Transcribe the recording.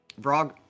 Vrog